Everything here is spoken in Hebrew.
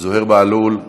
זוהיר בהלול,